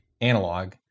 Analog